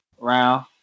round